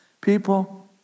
People